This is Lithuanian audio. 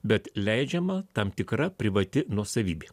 bet leidžiama tam tikra privati nuosavybė